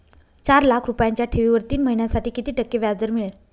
चार लाख रुपयांच्या ठेवीवर तीन महिन्यांसाठी किती टक्के व्याजदर मिळेल?